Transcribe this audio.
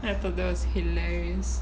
I thought that was hilarious